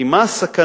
כי מה הסכנה?